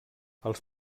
els